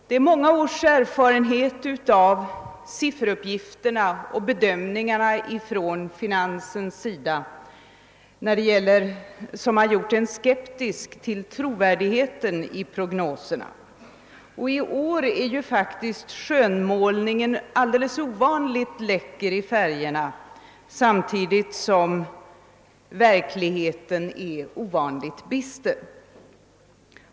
Det är många års erfarenhet av sifferuppgifterna och bedömningarna från finansdepartementet som har gjort en skeptisk beträffande trovärdigheten i prognoserna. I år är skönmålningen faktiskt alldeles ovanligt läcker i färgerna samtidigt som verkligheten är ovanligt bister.